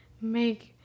Make